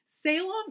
Salem